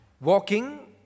walking